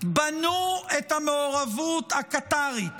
בנו את המעורבות הקטרית